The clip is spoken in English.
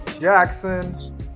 Jackson